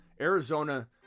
Arizona